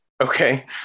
Okay